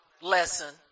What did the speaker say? lesson